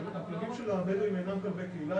הכלבים של הבדואים אינם כלבי קהילה,